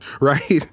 Right